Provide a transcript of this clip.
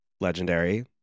Legendary